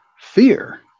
Fear